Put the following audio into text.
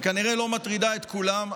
שכנראה לא מטרידה את כולם,